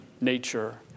nature